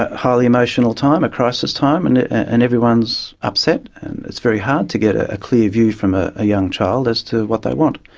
ah highly emotional time, a crisis time, and and everyone is upset. it's very hard to get ah a clear view from ah a young child as to what they want.